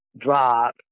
drop